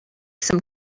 some